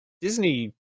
disney